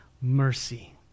mercy